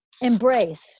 embrace